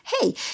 hey